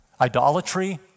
idolatry